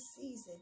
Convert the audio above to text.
season